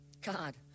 God